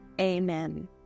amen